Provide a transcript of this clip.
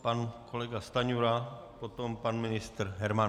Pan kolega Stanjura, potom pan ministr Herman.